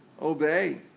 Obey